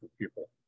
people